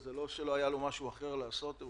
זה לא שהיה לו משהו אחר לעשות הוא